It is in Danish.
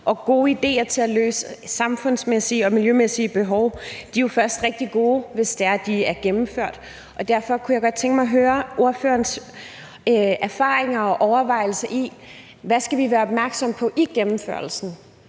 Og gode idéer til at løse samfundsmæssige og miljømæssige behov er jo først rigtig gode, hvis det er, at de er gennemført. Derfor kunne jeg godt tænke mig at høre om ordførerens erfaringer med og overvejelser om, hvad vi skal være opmærksomme på ved gennemførelsen,